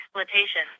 exploitation